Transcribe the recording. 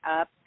up